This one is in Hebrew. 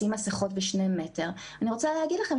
השאלה למה צריך לפנות לדיני החינוך כאשר יש חקיקה ייעודית